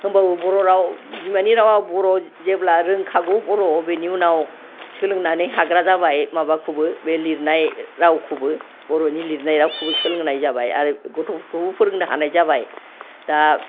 होमब्लाबो बर' राव बिमानि रावआ बर' जेब्ला रोंखागौ बर' बेनि उनाव सोलोंनानै हाग्रा जाबाय माबाखौबो बे लिरनाय रावखौबो बर'नि लिरनाय रावखौबो सोलोंनाय जाबाय आरो गथ'फोरखौबो फोरोंनो हानाय जाबाय दा